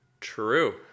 true